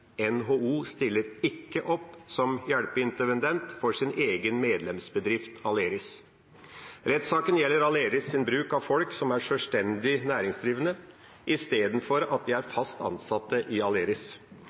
NHO stiller ikke opp som hjelpeintendent for sin egen medlemsbedrift Aleris. Rettssaken gjelder Aleris’ bruk av folk som er sjølstendig næringsdrivende, istedenfor at de er